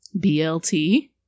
blt